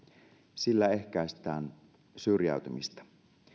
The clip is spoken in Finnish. sillä ehkäistään syrjäytymistä